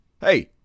hey